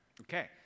Okay